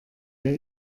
der